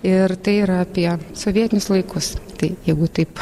ir tai yra apie sovietinius laikus tai jeigu taip